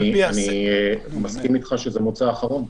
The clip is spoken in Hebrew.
אני מסכים איתך שזה מוצא אחרון.